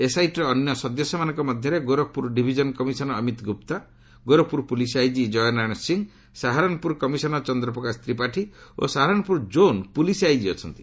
ଏସ୍ଆଇଟିର ଅନ୍ୟ ସଦସ୍ୟମାନଙ୍କ ମଧ୍ୟରେ Gorakhpur division commissioner Amit Gupta Gorakhpur police IG Jay Narayan Singh Saharanpur commissioner Chandraprakash Tripathi ଓ ସାହାରାନପୁର କୋନ୍ ପୁଲିସ୍ ଆଇଜି ଅଛନ୍ତି